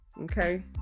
Okay